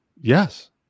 yes